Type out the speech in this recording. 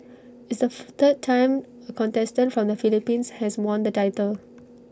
it's the third time A contestant from the Philippines has won the title